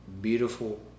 beautiful